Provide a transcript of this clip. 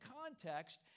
context